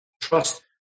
Trust